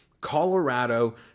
Colorado